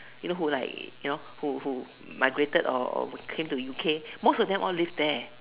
you know who like you know who who migrated or or came to U_K most of them all live there